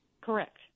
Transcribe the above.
Correct